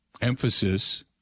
emphasis